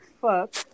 fuck